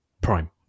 Prime